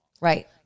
Right